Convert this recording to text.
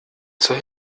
zur